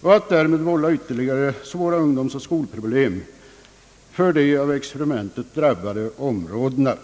och därmed vålla ytterligare svåra ungdomsoch skolproblem för de av experimentet drabbade områdena.